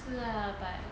是 lah but